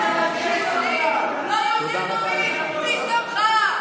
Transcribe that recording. מי שמך?